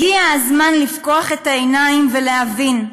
הגיע הזמן לפקוח את העיניים ולהבין,